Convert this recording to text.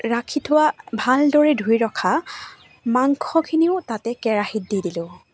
ৰাখি থোৱা ভালদৰে ধুই ৰখা মাংসখিনিও তাতে কেৰাহিত দি দিলোঁ